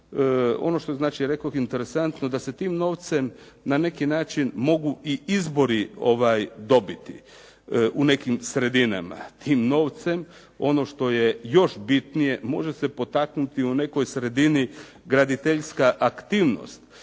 Ono što znači rekoh interesantno, da se tim novcem na neki način mogu i izbori dobiti u nekim sredinama tim novcem. Ono što je još bitnije, može se potaknuti u nekoj sredini graditeljska aktivnost.